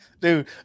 Dude